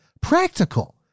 practical